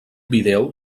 vídeo